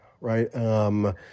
right